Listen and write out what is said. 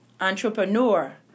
entrepreneur